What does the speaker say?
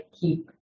keep